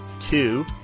Two